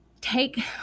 take